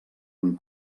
amb